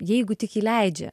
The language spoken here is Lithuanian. jeigu tik įleidžia